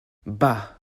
bah